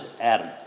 Adam